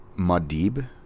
Madib